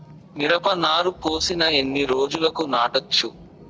మిరప నారు పోసిన ఎన్ని రోజులకు నాటచ్చు?